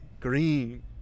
Green